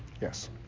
Yes